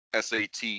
SAT